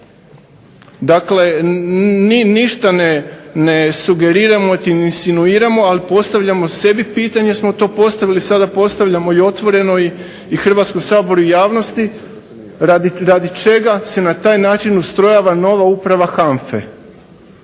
Dakle, ništa ne sugeriramo i insinuiramo ali postavljamo sebi pitanje smo postavili sada postavljamo i Hrvatskom saboru i javnosti radi čega se na taj način ustrojava nova uprava HANFA-e.